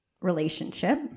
relationship